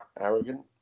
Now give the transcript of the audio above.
Arrogant